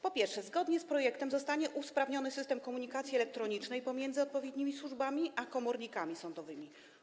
Po pierwsze, zgodnie z projektem zostanie usprawniony system komunikacji elektronicznej pomiędzy odpowiednimi służbami a komornikami sądowymi.